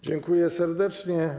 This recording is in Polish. Dziękuję serdecznie.